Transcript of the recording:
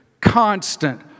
constant